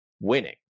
winning